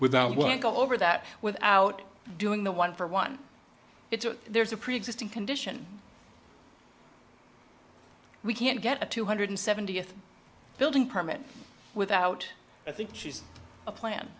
without work all over that without doing the one for one it's a there's a preexisting condition we can't get a two hundred seventy a building permit without i think she's a plan